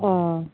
ও